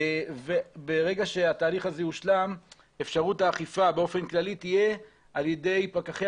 ברגע שהתהליך הזה יושלם אפשרות האכיפה באופן כללי תהיה על-ידי פקחי